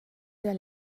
der